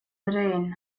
rain